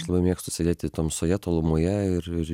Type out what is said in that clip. aš labai mėgstu sėdėti tamsoje tolumoje ir ir